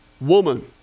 woman